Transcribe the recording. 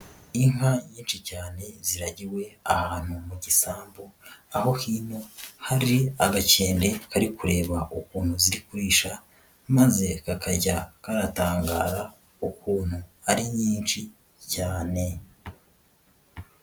Inka nyinshi cyane ziragiwe ahantu mu gisambo, aho hino hari agakende kari kureba ukuntu ziri kurisha, maze kakajya karatangara ukuntu ari nyinshi cyane.